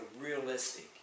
realistic